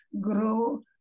grow